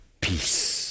peace